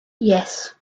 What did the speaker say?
yes